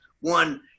one